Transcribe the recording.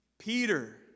Peter